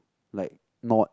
like not